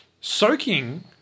soaking